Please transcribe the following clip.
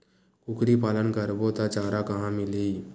कुकरी पालन करबो त चारा कहां मिलही?